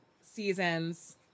seasons